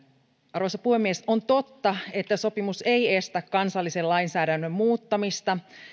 arvoisa puhemies on totta että sopimus ei estä kansallisen lainsäädännön muuttamista